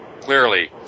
clearly